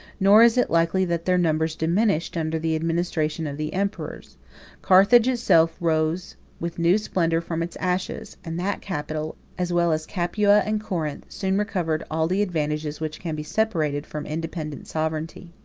nor is it likely that their numbers diminished under the administration of the emperors carthage itself rose with new splendor from its ashes and that capital, as well as capua and corinth, soon recovered all the advantages which can be separated from independent sovereignty.